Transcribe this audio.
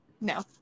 no